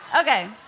okay